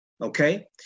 okay